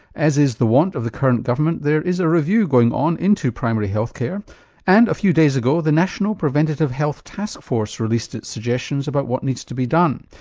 as is the wont of the current government there is a review going on into primary health care and a few days ago the national preventative health task force released its suggestions about what needs to be done.